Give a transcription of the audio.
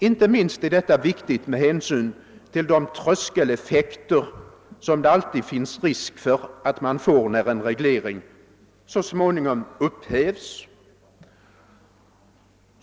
Inte minst är det viktigt med hänsyn till de tröskeleffekter som det alltid finns risk att man får när en reglering så småningom upphävs.